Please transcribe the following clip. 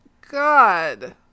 God